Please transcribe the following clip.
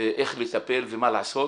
איך לטפל ומה לעשות,